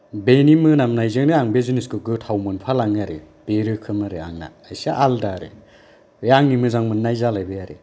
बेनि मोनामनायजोंनो आङो बे जिनिसखौ गोथाव मोनफालाङो आरो बे रोखोम आरो आंना एसे आलादा आरो बे आंनि मोजां मोननाय जालायबाय आरो